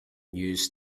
news